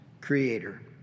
creator